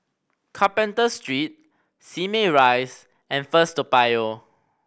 Carpenter Street Simei Rise and First Toa Payoh